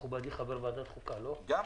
פה